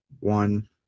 one